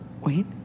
Wait